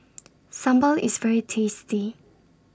Sambal IS very tasty